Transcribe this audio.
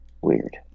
Weird